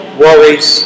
worries